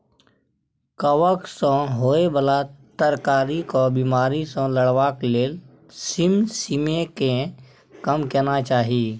कवक सँ होए बला तरकारीक बिमारी सँ लड़बाक लेल सिमसिमीकेँ कम केनाय चाही